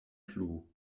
plu